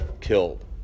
killed